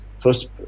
first